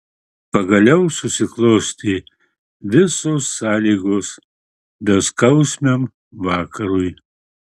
pagaliau susiklostė visos sąlygos beskausmiam vakarui